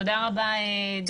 תודה רבה.